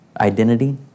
identity